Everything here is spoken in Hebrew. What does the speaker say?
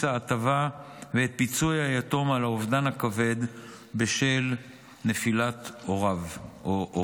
ההטבה ואת פיצוי היתום על האובדן הכבד בשל נפילת הורהו.